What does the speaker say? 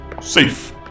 safe